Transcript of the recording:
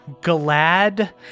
glad